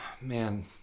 man